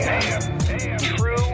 True